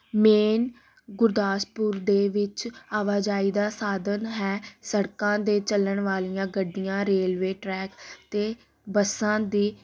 main Gurdaspur ਦੇ ਵਿੱਚ ਆਵਾਜਾਈ ਦਾ ਸਾਧਨ ਹੈ ਸੜਕਾਂ ਦੇ ਚੱਲਣ ਵਾਲੀਆਂ ਗੱਡੀਆਂ ਰੇਲਵੇ ਟਰੈਕ ਅਤੇ ਬੱਸਾਂ ਦੀ